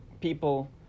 people